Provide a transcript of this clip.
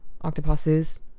octopuses